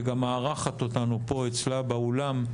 שגם מארחת אותנו כאן אצלה באולם,